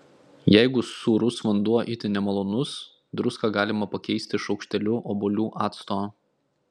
jeigu sūrus vanduo itin nemalonus druską galima pakeisti šaukšteliu obuolių acto